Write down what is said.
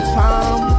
time